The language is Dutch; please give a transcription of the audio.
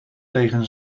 tegen